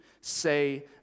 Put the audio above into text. say